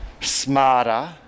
smarter